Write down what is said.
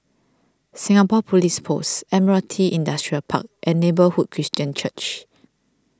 Singapore Police Force Admiralty Industrial Park and Neighbourhood Christian Church